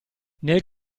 nel